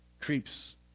creeps